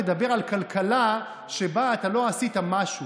מדבר על כלכלה שבה אתה לא עשית משהו.